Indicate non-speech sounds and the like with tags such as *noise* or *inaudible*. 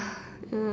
*noise*